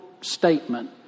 statement